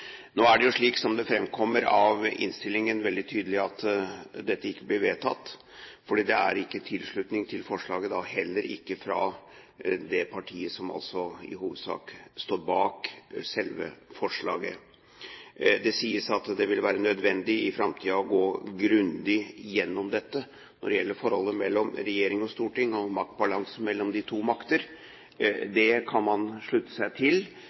Nå er det, som det framkommer av innstillingen, veldig tydelig at dette ikke blir vedtatt. Det er ikke tilslutning til forslaget – og da heller ikke fra det partiet som i hovedsak står bak selve forslaget. Det sies at det vil være nødvendig i framtiden å gå grundig gjennom dette, når det gjelder forholdet mellom regjering og storting, og maktbalansen mellom de to makter. Det kan man slutte seg til.